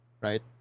right